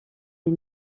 est